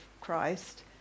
Christ